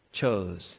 chose